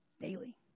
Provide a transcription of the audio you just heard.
Daily